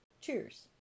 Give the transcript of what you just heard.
Cheers